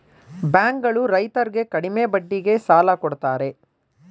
bank ಗಳು ರೈತರರ್ಗೆ ಕಡಿಮೆ ಬಡ್ಡಿಗೆ ಸಾಲ ಕೊಡ್ತಾರೆ